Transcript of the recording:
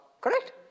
correct